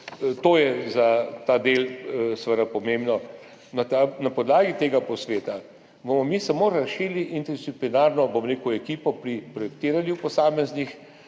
To je za ta del seveda pomembno. Na podlagi tega posveta bomo mi samo razširili interdisciplinarno ekipo pri projektiranju posameznih